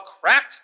Cracked